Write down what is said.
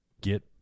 get